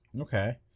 Okay